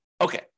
Okay